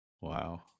Wow